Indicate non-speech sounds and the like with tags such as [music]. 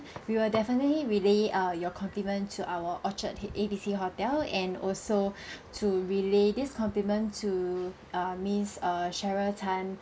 we will definitely relay err your compliment to our orchard A B C hotel and also [breath] to relay this compliment to err miss err sharon tan